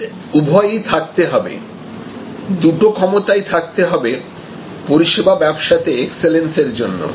আমাদের উভয়ই থাকতে হবে দুটো ক্ষমতাই থাকতে হবে পরিষেবা ব্যবসাতে এক্সেলেন্স এর জন্য